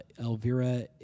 Elvira